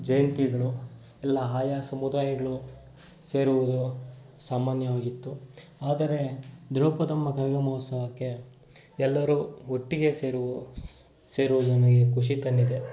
ಜಯಂತಿಗಳು ಎಲ್ಲ ಆಯಾ ಸಮುದಾಯಗಳು ಸೇರುವುದು ಸಾಮಾನ್ಯವಾಗಿತ್ತು ಆದರೆ ದ್ರೌಪದಮ್ಮ ಕರಗ ಮಹೋತ್ಸವಕ್ಕೆ ಎಲ್ಲರೂ ಒಟ್ಟಿಗೆ ಸೇರು ಸೇರುವುದು ನನಗೆ ಖುಷಿ ತಂದಿದೆ